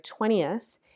20th